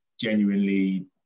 genuinely